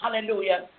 hallelujah